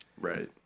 right